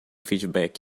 feedback